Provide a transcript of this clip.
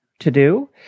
to-do